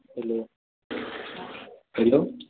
hello hello